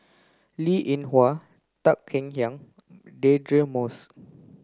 Linn In Hua Tan Kek Hiang Deirdre Moss